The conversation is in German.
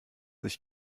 sich